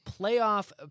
playoff